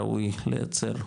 ראוי לייצר,